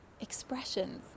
expressions